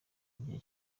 igihe